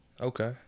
Okay